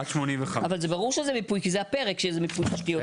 עד 85. אבל ברור שזה מיפוי כי זה הפרק של מיפוי תשתיות.